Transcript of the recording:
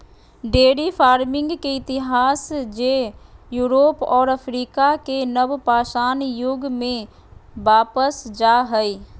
dairy farming के इतिहास जे यूरोप और अफ्रीका के नवपाषाण युग में वापस जा हइ